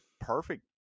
perfect